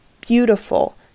beautiful